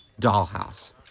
dollhouse